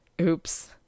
Oops